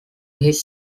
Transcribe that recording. his